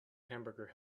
hamburger